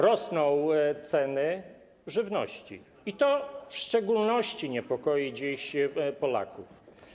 Rosną ceny żywności i to w szczególności niepokoi dziś Polaków.